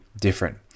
different